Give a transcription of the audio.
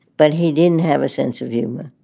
but he didn't have a sense of humor.